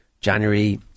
January